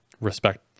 Respect